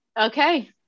Okay